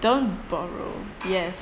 don't borrow yes